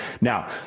Now